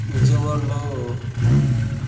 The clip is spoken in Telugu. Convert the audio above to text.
విజయవాడలో